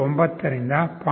9 ರಿಂದ 0